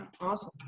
awesome